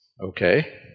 Okay